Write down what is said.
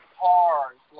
cars